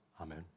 Amen